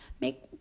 make